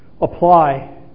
apply